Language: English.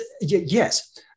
yes